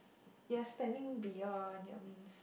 you're spending beyond on your means